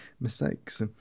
mistakes